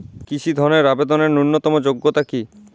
কৃষি ধনের আবেদনের ন্যূনতম যোগ্যতা কী?